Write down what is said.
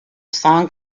song